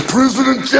President